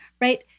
right